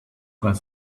was